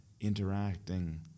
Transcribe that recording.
interacting